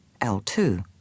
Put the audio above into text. L2